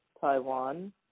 Taiwan